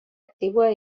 aktiboa